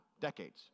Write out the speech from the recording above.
decades